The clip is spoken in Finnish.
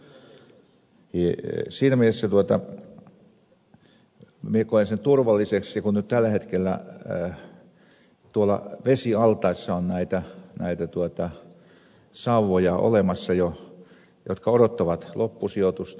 siinä mielessä minä koen sen turvalliseksi kun nyt tällä hetkellä tuolla vesialtaissa on näitä sauvoja olemassa jo jotka odottavat loppusijoitusta